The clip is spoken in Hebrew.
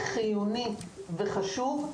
היא חיונית וחשובה.